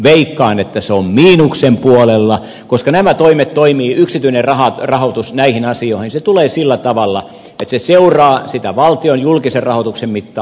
veikkaan että se on miinuksen puolella koska nämä toimet toimivat niin yksityinen rahoitus näihin asioihin tulee sillä tavalla että se seuraa sitä valtion julkisen rahoituksen mittaa